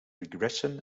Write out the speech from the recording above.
regression